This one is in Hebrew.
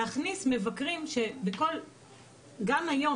להכניס מבקרים שגם היום,